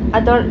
I thought